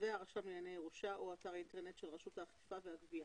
והרשם לענייני ירושה או אתר האינטרנט של רשות האכיפה והגבייה.